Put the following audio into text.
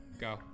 Go